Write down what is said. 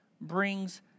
brings